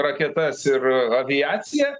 raketas ir aviaciją